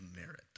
merit